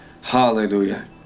hallelujah